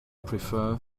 prefer